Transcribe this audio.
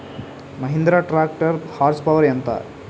Mahindra tractor horse power ఎంత?